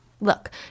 Look